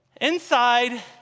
Inside